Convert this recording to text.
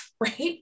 right